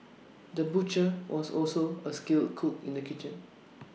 the butcher was also A skilled cook in the kitchen